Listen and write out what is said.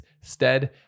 stead